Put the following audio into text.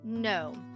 No